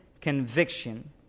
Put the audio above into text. conviction